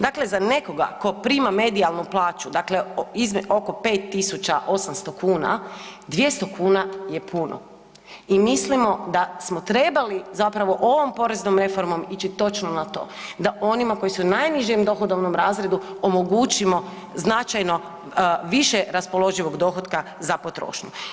Dakle, za nekoga tko prima medijalnu plaću, dakle oko 5 800 kuna, 200 kuna je puno i mislimo da smo trebali zapravo ovom poreznom reformom ići točno na to, da onima koji su u najnižem dohodovnom razredu omogućimo značajno više raspoloživog dohotka za potrošnju.